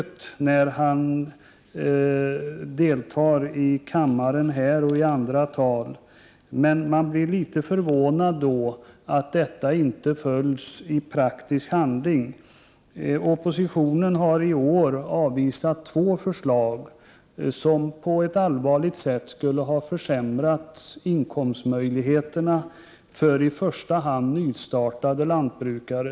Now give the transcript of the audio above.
Det framgår när han deltar i debatter här i riksdagen eller håller tal i andra sammanhang. Det är dock litet förvånande att jordbruksministern inte visar detta i praktisk handling också. Oppositionen har i år avvisat två förslag som, om de hade förverkligats, skulle ha inneburit allvarligt försämrade möjligheter för i första hand nystartande lantbrukare.